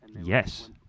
Yes